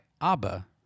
Abba